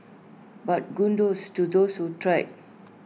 but kudos to those who tried